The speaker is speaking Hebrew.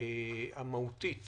המהותית